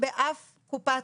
ו-128 מיטות אשפוז.